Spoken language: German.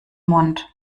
mund